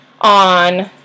on